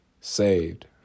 saved